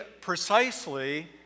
precisely